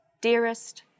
Dearest